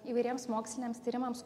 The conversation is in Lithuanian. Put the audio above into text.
įvairiems moksliniams tyrimams